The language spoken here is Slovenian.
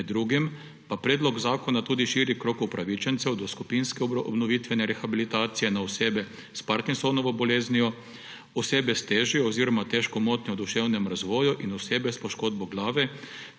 Med drugim pa predlog zakona tudi širi krog upravičencev do skupinske obnovitvene rehabilitacije na osebe s parkinsonovo boleznijo, osebe s težjo oziroma težko motnjo v duševnem razvoju in osebe s poškodbo glave